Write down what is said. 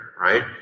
right